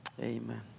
Amen